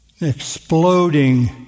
exploding